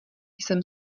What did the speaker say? jsem